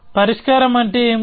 పరిష్కారం అంటే ఏమిటి